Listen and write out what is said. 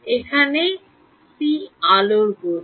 যেখানে c আলোর গতি